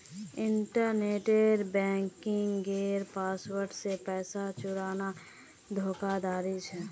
internet बन्किंगेर password से पैसा चुराना धोकाधाड़ी छे